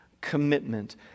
commitment